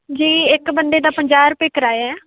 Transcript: ਜੀ ਇੱਕ ਬੰਦੇ ਦਾ ਪੰਜਾਹ ਰੁਪਏ ਕਰਾਇਆ